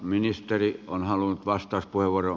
ministeri on halunnut vastauspuheenvuoron